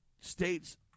states